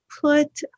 put